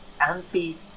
anti